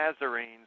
Nazarenes